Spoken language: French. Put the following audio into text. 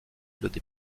des